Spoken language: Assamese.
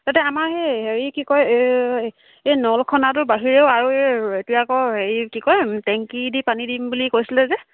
তাতে আমাৰ সেই হেৰি কি কয় এই এই নলখনাটো বাহিৰেও আৰু এই এতিয়া আকৌ হেৰি কি কয় টেংকি দি পানী দিম বুলি কৈছিলে যে